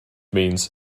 means